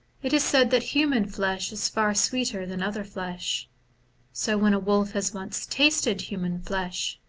it is said that human flesh is far sweeter than other flesh so when a wolf has once tasted human flesh,